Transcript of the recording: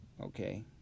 Okay